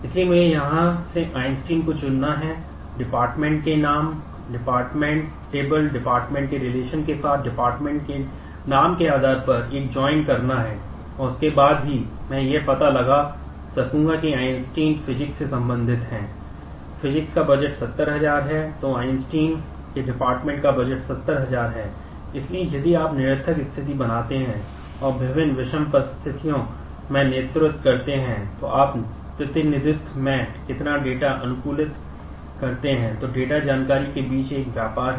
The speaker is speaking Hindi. इसलिए मुझे यहाँ से आइंस्टीन जानकारी के बीच एक व्यापार है